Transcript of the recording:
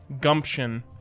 gumption